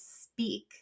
speak